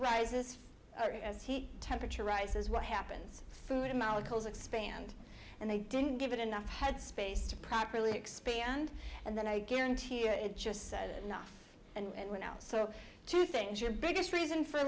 heat temperature rises what happens food molecules expand and they didn't give it enough head space to properly expand and then i guarantee it just said enough and we're now so two things your biggest reason for